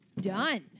done